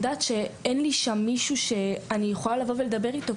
יודעת שאין לי שם מישהו שאני יכולה לבוא ולדבר איתו,